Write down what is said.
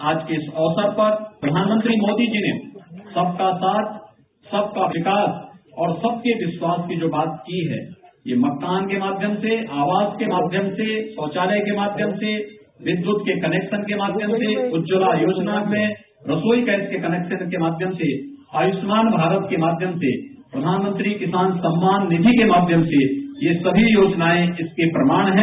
आज के इस अवसर पर प्रधानमंत्री मोदी जी ने सबका साथ सबका विकास और सबका विस्वास की जो बात की है यह मकान के माध्यम से आवास के माध्यम से शौचालय के माध्यम से विद्युत के कनेक्शन के माध्यम से उज्जवला योजना में रसोई गैस कनेक्शन के माध्यम से आयुष्मान भारत के माध्यम से प्रधानमंत्री किसान सम्मान निधि के माध्यम से ये सभी योजनाएं इसके प्रमाण हैं